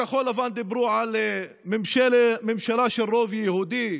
בכחול לבן דיברו על ממשלה של רוב יהודי,